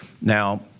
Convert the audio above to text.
Now